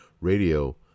radio